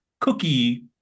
cookie